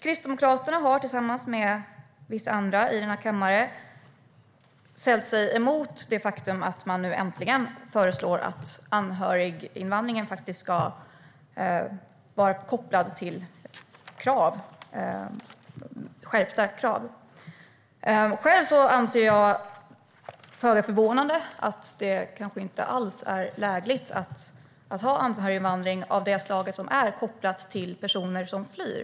Kristdemokraterna har tillsammans med vissa andra i denna kammare ställt sig emot det faktum att man nu äntligen föreslår att anhöriginvandringen ska vara kopplad till skärpta krav. Själv anser jag, föga förvånande, att det kanske inte alls är lägligt att ha anhöriginvandring av det slag som är kopplat till personer som flyr.